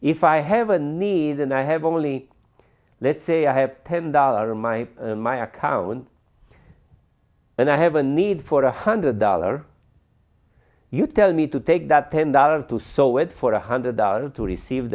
if i have a need and i have only let's say i have ten dollars in my my account and i have a need for a hundred dollar you tell me to take that ten dollar to sew it for one hundred dollars to receive